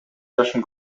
жашын